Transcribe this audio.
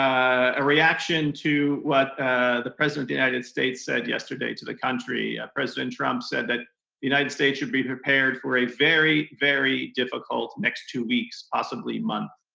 a reaction to what the president of the united states said yesterday to the country. president trump said that the united states should be prepared for a very, very difficult next two weeks, possibly months.